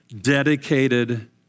dedicated